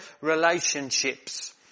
relationships